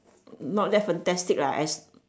not that fantastic lah as